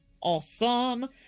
Awesome